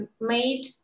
made